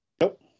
Nope